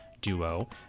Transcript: duo